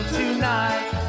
tonight